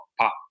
pop